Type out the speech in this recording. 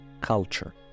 culture